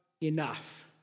enough